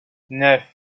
neuf